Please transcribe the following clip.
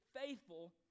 faithful